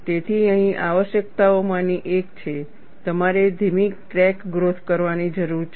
તેથી અહીં આવશ્યકતાઓમાંની એક છે તમારે ધીમી ક્રેક ગ્રોથ કરવાની જરૂર છે